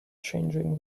changing